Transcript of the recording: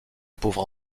pauvre